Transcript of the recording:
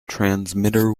transmitter